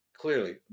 Clearly